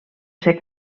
ser